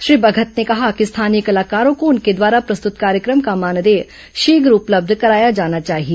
श्री भगत ने कहा कि स्थानीय कलाकारों को उनके द्वारा प्रस्तुत कार्यक्रम का मानदेय शीघ्र उपलब्ध कराया जाना चाहिए